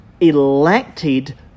elected